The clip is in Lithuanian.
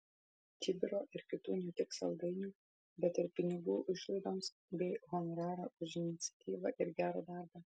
čibiro ir kitų ne tik saldainių bet ir pinigų išlaidoms bei honorarą už iniciatyvą ir gerą darbą